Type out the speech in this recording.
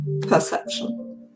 perception